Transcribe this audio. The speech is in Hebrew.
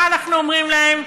מה אנחנו אומרים להם: